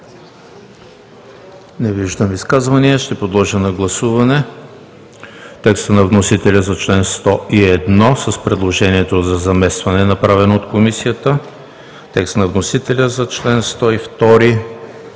Не виждам. Подлагам на гласуване текста на вносителя за чл. 101 с предложението за заместване, направено от Комисията; текста на вносителя за чл. 102;